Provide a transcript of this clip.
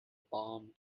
barn